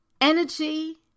Energy